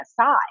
aside